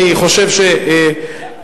אני חושב שחייבים,